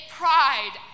pride